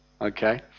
Okay